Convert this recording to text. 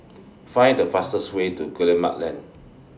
Find The fastest Way to Guillemard Lane